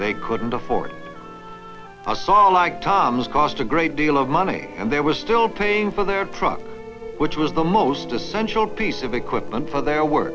they couldn't afford a star like tom's cost a great deal of money and they were still paying for their truck which was the most essential piece of equipment for their work